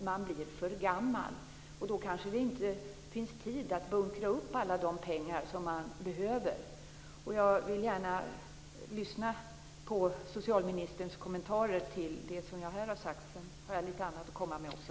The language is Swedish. Man blir för gammal. Då finns det kanske inte tid att bunkra upp alla de pengar som man behöver. Jag vill gärna lyssna på socialministerns kommentarer till det som jag har sagt här. Sedan har jag lite annat att komma med också.